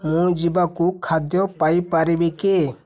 ମୁଁ ଯିବାକୁ ଖାଦ୍ୟ ପାଇ ପାରିବି କି